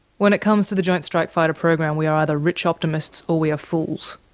when it comes to the joint strike fighter program we are either rich optimists or we are fools?